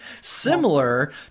similar